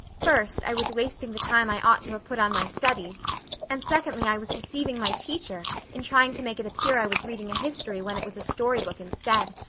first, i was wasting the time i ought to have put on my studies and secondly, i was deceiving my teacher in trying to make it appear i was reading a history when it was a storybook instead.